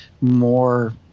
more